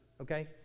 Okay